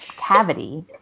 cavity